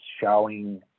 showing